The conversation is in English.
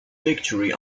victory